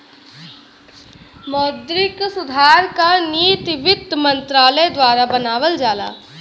मौद्रिक सुधार क नीति वित्त मंत्रालय द्वारा बनावल जाला